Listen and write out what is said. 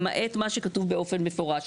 למעט מה שכתוב באופן מפורש.